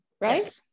right